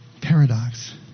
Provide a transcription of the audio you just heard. paradox